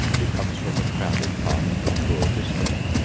he comes from the crowded part of a poor district.